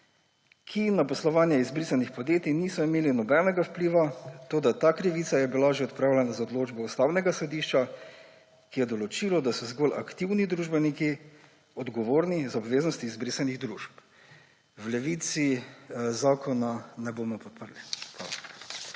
ki na poslovanje izbrisanih podjetij niso imeli nobenega vpliva. Toda ta krivica je bila že odpravljena z odločbo Ustavnega sodišča, ki je določilo, da so zgolj aktivni družbeniki odgovorni za obveznosti izbrisanih družb. V Levici zakona ne bomo podprli.